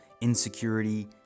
insecurity